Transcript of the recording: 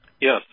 Yes